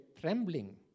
trembling